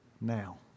now